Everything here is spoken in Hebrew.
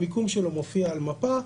המיקום שלו מופיע על מפה,